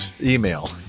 email